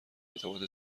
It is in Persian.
ارتباط